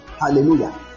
Hallelujah